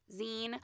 zine